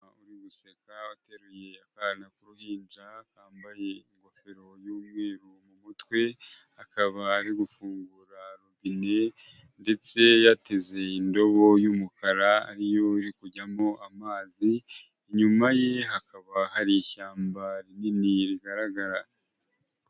Guseka uteruye akana k'uruhinja kambaye ingofero y'umweru mu mutwe akaba ari gufungura robine ndetse yateze indobo y'umukara ariyo iri kujyamo amazi ,inyuma ye hakaba hari ishyamba rinini rigaragara.